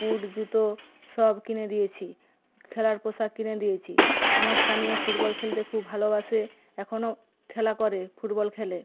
বুট জুতো সব কিনে দিয়েছি খেলার পোশাক কিনে দিয়েছি আমার স্বামীও ফুটবল খেলতে খুব ভালোবাসে এখনও খেলা করে ফুটবল খেলে